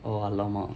oh !alamak!